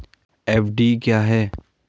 FD क्या है?